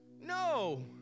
No